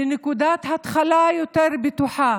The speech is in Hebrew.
לנקודת התחלה יותר בטוחה,